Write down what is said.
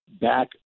back